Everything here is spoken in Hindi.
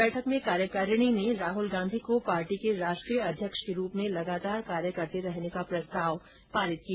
बैठक में कार्यकारिणी ने राहल गांधी को पार्टी के राष्ट्रीय अध्यक्ष के रूप में लगातार कार्य करते रहने का प्रस्ताव पारित किया